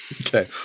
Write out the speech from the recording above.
Okay